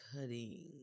cutting